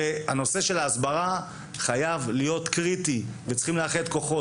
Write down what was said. והנושא של ההסברה חייב להיות קריטי וצריכים לאחד כוחות,